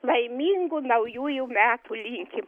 laimingų naujųjų metų linkim